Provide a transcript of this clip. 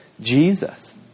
Jesus